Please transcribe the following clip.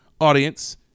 audience